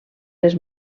les